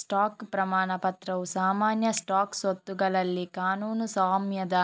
stock ಪ್ರಮಾಣ ಪತ್ರವು ಸಾಮಾನ್ಯ ಸ್ಟಾಕ್ ಸ್ವತ್ತುಗಳಲ್ಲಿ ಕಾನೂನು ಸ್ವಾಮ್ಯದ